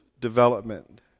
development